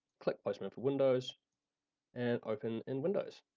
click postman for windows and open in windows.